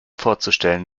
vorzustellen